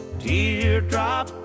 teardrop